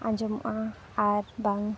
ᱟᱸᱡᱚᱢᱚᱜᱼᱟ ᱟᱨ ᱵᱟᱝ